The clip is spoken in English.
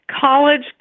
college